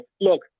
Look